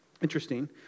interesting